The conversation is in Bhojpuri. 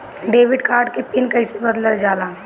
डेबिट कार्ड के पिन कईसे बदलल जाला?